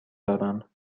دارم